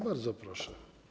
Bardzo proszę.